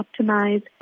optimize